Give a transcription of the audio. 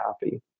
happy